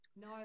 No